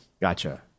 Gotcha